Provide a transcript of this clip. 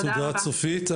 תודה, צופית.